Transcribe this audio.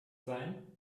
sein